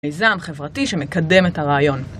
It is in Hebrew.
מיזם חברתי שמקדם את הרעיון